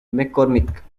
mccormick